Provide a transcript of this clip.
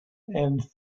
and